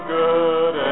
good